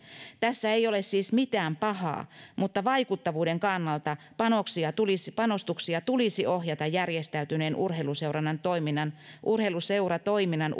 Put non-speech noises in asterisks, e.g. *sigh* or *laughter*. tässä ei ole siis mitään pahaa mutta vaikuttavuuden kannalta panostuksia tulisi panostuksia tulisi ohjata järjestäytyneen urheiluseuratoiminnan urheiluseuratoiminnan *unintelligible*